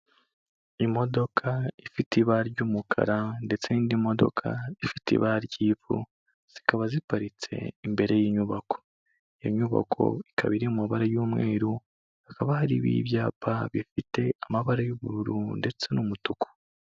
Imodoka ifite ibara ry'umukara ndetse n'indi modoka ifite ibara ry'ivu zikaba ziparitse imbere y'inyubako. Iyo nyubako ikaba iri mu ma bara y'umweru, hakaba harimo ibyapa bifite amabara y'ubururu ndetse n'umutuku.